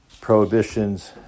prohibitions